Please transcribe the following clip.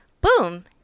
boom